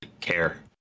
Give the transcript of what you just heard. care